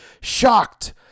shocked